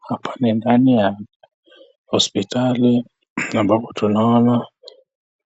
Hapa ni ndani ya hospitali ambapo tunaona